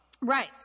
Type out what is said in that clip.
Right